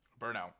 Burnout